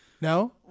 No